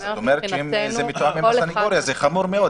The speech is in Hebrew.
את אומרת שזה מתואם עם הסנגוריה, זה חמור מאוד.